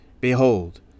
Behold